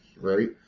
right